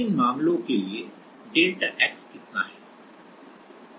विभिन्न मामलों के लिए डेल्टा X कितना है